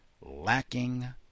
Lacking